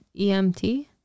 emt